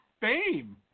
fame